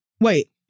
Wait